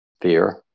fear